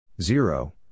zero